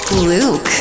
Luke